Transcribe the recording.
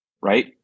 right